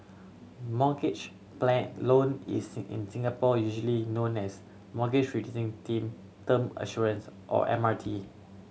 mortgage loan is in Singapore usually known as Mortgage Reducing Tim Term Assurance or M R T